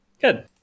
Good